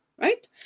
right